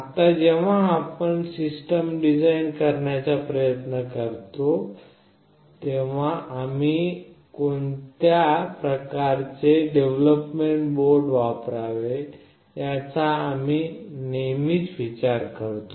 आता जेव्हा आपण सिस्टम डिझाईन करण्याचा प्रयत्न करतो तेव्हा आम्ही कोणत्या प्रकारचे डेव्हलोपमेंट बोर्ड वापरावे याचा आपण नेहमीच विचार करतो